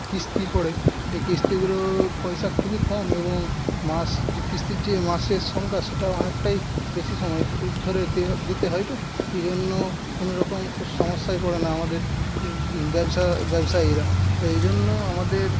কিস্তি পরে এই কিস্তিগুলোর পয়সা খুবই কম এবং মাস যে কিস্তির যে মাসের সংখ্যা সেটাও অনেকটাই বেশি সময় ধরে দেওয়া দিতে হয় তো এই জন্য কোন রকম সমস্যায় পরে না আমাদের এর ব্যবসা ব্যবসায়ীরা তো এই জন্য আমাদের